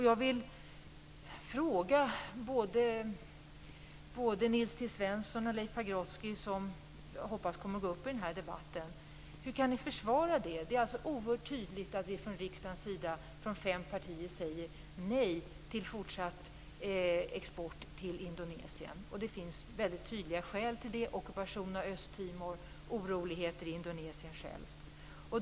Jag vill fråga både Nils T Svensson och Leif Pagrotsky, som jag hoppas kommer att delta i debatten, hur de kan försvara det. Det är oerhört tydligt att fem partier i riksdagen säger nej till fortsatt export till Indonesien. Det finns väldigt tydliga skäl till det. Det gäller ockupationen av Östtimor och oroligheter i Indonesien.